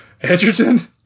Edgerton